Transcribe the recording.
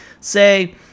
Say